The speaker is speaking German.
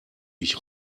ich